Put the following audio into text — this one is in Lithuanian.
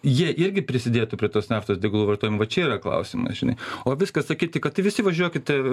jie irgi prisidėtų prie tos naftos degalų vartojimo vat čia yra klausimas žinai o viskas sakyti kad visi važiuokite